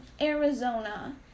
Arizona